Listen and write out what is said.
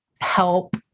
help